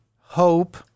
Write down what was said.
hope